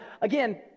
again